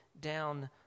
down